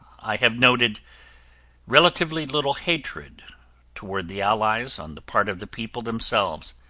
i have noted relatively little hatred toward the allies on the part of the people themselves,